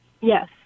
yes